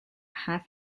half